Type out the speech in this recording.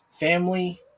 family